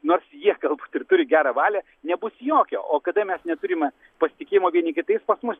nors jie galbūt ir turi gerą valią nebus jokio o kada mes neturime pasitikėjimo vieni kitais pas mus